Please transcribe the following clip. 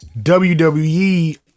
WWE